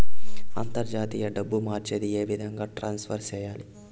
అంతర్జాతీయ డబ్బు మార్చేది? ఏ విధంగా ట్రాన్స్ఫర్ సేయాలి?